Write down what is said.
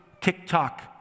TikTok